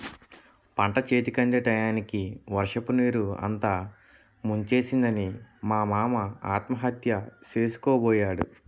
పంటచేతికందే టయానికి వర్షపునీరు అంతా ముంచేసిందని మా మామ ఆత్మహత్య సేసుకోబోయాడు